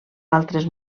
altres